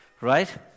right